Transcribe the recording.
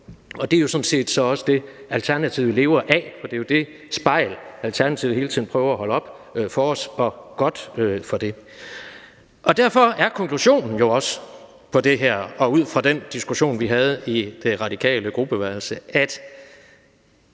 og det er sådan set også det, Alternativet lever af, for det er det spejl, Alternativet hele tiden prøver at holde op for os – og godt for det. Derfor er konklusionen på det her og ud fra den diskussion, vi havde i det radikale gruppeværelse jo